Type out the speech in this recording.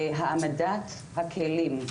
והעמדת הכלים,